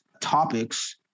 topics